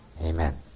Amen